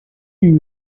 you